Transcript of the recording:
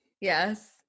Yes